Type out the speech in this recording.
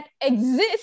exists